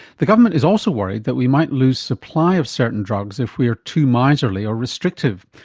the government is also worried that we might lose supply of certain drugs if we're too miserly or restrictive,